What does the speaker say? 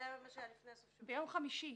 ביום חמישי.